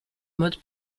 mode